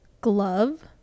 Glove